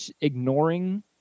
ignoring